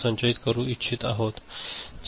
संचयित करू इच्छित आहोत